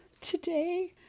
today